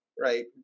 right